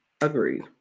Agreed